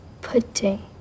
pudding